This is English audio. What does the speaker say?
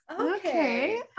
Okay